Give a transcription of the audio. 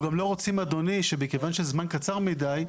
אנחנו לא רוצים שמכיוון שזה זמן קצר מדי,